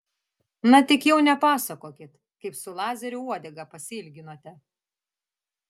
na tik jau nepasakokit kaip su lazeriu uodegą pasiilginote